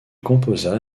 composa